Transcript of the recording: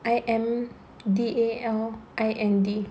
I M D A L I N D